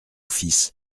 fils